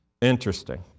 Interesting